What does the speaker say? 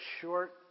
short